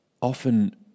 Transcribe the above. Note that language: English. Often